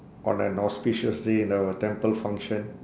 on an auspicious day in a temple function